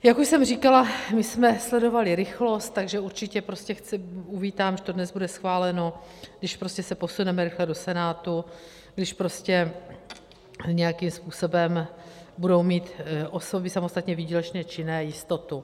Jak už jsem říkala, my jsme sledovali rychlost, takže určitě uvítám, že to dnes bude schváleno, když se posuneme rychle do Senátu, když prostě nějakým způsobem budou mít osoby samostatně výdělečně činné jistotu.